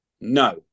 No